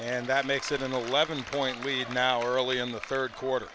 and that makes it an eleven point lead now early in the third quarter